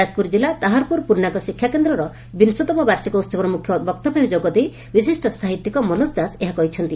ଯାଜପୁର କିଲ୍ଲା ତାହାରପୁର ପ୍ରର୍ଷାଙ୍ଗ ଶିକ୍ଷା କେନ୍ଦର ବିଂଶତମ ବାର୍ଷିକ ଉହବର ମୁଖ୍ୟ ବକ୍ତା ଭାବେ ଯୋଗ ଦେଇ ବିଶିଷ୍ ସାହିତ୍ୟିକ ମନୋଜ ଦାସ ଏହା କହିଛନ୍ତି